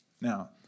Now